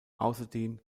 außerdem